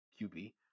QB